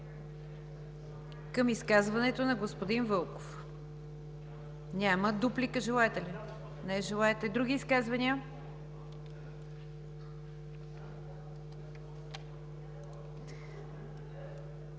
към изказването на господин Вълков? Няма. Дуплика желаете ли? Не желаете. Други изказвания?